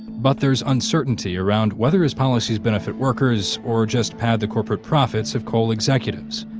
but there's uncertainty around whether his policies benefit workers or just pad the corporate profits of coal executives,